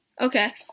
Okay